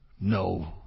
no